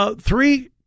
three